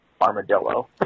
armadillo